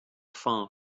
far